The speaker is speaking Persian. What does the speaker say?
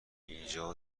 اینجا